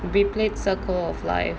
we played circle of life